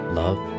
love